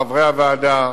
חברי הוועדה,